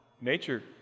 nature